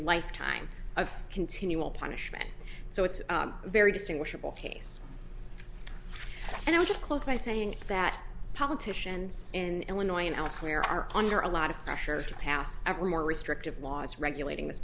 lifetime of continual punishment so it's very distinguishable face and i'll just close by saying that politicians in illinois and elsewhere are under a lot of pressure to pass ever more restrictive laws regulating th